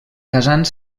casant